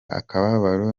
akababaro